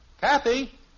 Kathy